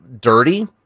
dirty